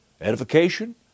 edification